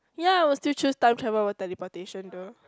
ya I will still choose time travel over teleportation though